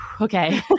okay